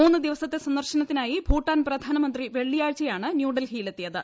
മൂന്നു ദിവസത്തെ സന്ദർശനത്തിനായി ഭൂട്ടാൻ പ്രധാനമന്ത്രി വെള്ളിയാഴ്ചയാണ് ന്യൂഡൽഹിയിൽ എത്തിയത്